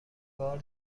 بار